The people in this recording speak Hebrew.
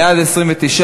אין אצלי אפשרות, בעד, 29,